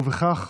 ובכך,